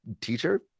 teacher